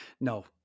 no